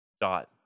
dot